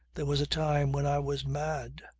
there was a time when i was mad.